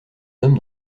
homme